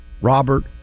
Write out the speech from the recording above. Robert